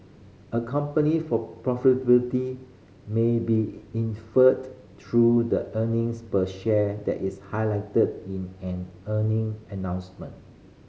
a company for profitability may be inferred through the earnings per share that is highlighted in an earning announcement